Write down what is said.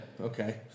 Okay